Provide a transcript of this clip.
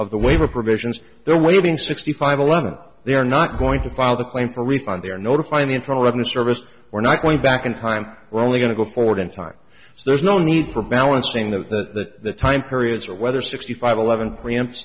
of the waiver provisions there waving sixty five eleven they are not going to file the claim for refund they're notifying internal revenue service we're not going back in time we're only going to go forward in time so there's no need for balancing of that time periods or whether sixty five eleven preempt